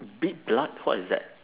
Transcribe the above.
big blood what is that